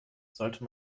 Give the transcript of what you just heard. sollte